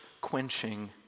quenching